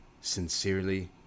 Sincerely